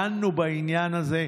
דנו בעניין הזה.